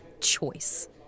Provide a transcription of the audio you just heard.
Choice